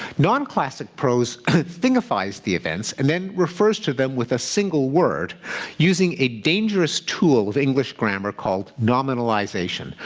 non-classic prose thingifies the events and then refers to them with a single word using a dangerous tool of english grammar called nominalization,